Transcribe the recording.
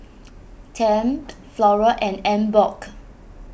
Tempt Flora and Emborg